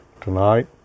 tonight